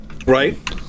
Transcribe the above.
right